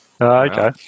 okay